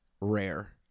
rare